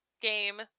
game